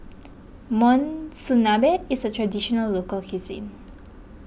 Monsunabe is a Traditional Local Cuisine